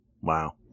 Wow